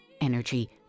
energy